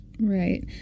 Right